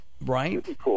Right